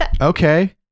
Okay